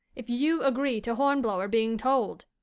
if you agree to hornblower being told.